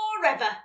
forever